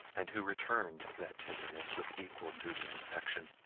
and who returned that tenderness with equal duty and affection,